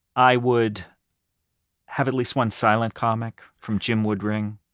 i would have at least one silent comic from jim woodring.